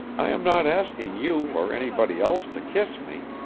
i am not asking you or anybody else to kiss me.